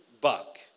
buck